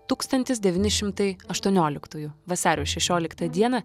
tūkstantis devyni šimtai aštuonioliktųjų vasario šešioliktą dieną